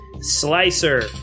Slicer